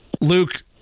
Luke